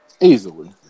Easily